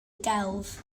gelf